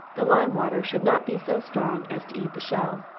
the lime-water should not be so strong as to eat the shell,